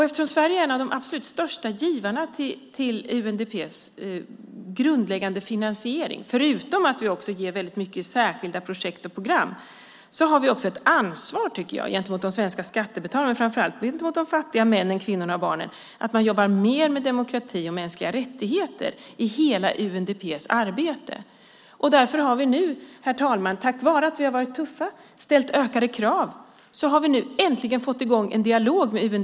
Eftersom Sverige är en av de absolut största givarna till UNDP:s grundläggande finansiering, förutom att vi också ger väldigt mycket för särskilda projekt och program, är det ett ansvar, tycker jag, gentemot de svenska skattebetalarna och framför allt mot de fattiga männen, kvinnorna och barnen att jobba mer med demokrati och mänskliga rättigheter i hela UNDP:s arbete. Därför har vi nu, herr talman, tack vare att vi har varit tuffa och ställt ökade krav, äntligen fått i gång en dialog med UNDP.